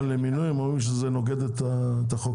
למינוי הם אומרים שזה נוגד את החוק.